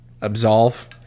Absolve